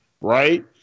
right